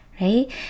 right